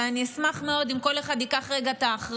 ואני אשמח מאוד אם כל אחד ייקח את האחריות